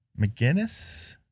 McGinnis